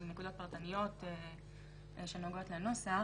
שהן נקודות פרטניות שנוגעות לנוסח,